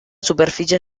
superficie